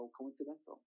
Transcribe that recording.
coincidental